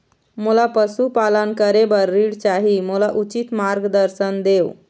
मोला पशुपालन करे बर ऋण चाही, मोला उचित मार्गदर्शन देव?